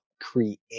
create